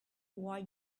why